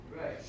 Right